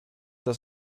das